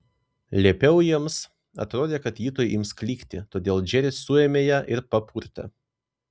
liepiau jiems atrodė kad ji tuoj ims klykti todėl džeris suėmė ją ir papurtė